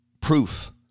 proof